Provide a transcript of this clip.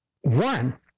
one